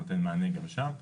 נותן מענה גם שם,